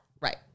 Right